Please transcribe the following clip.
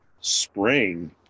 spring